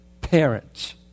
Parents